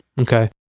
okay